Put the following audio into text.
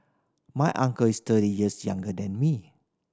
my uncle is thirty years younger than me